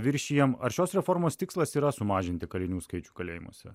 viršijam ar šios reformos tikslas yra sumažinti kalinių skaičių kalėjimuose